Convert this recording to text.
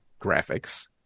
graphics